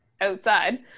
outside